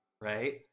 right